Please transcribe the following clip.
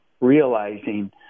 realizing